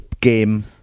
Game